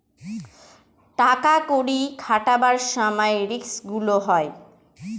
টাকা কড়ি খাটাবার সময় রিস্ক গুলো হয়